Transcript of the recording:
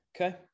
Okay